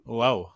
wow